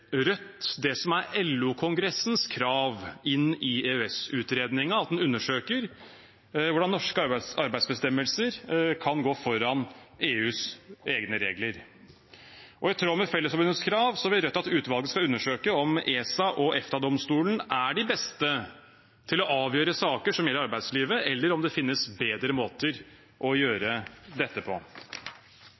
Rødt det som er LO-kongressens krav til EØS-utredningen, at den undersøker hvordan norske arbeidsbestemmelser kan gå foran EUs egne regler. I tråd med Fellesforbundets krav vil Rødt at utvalget skal undersøke om ESA og EFTA-domstolen er de beste til å avgjøre saker som gjelder arbeidslivet, eller om det finnes bedre måter å gjøre dette på.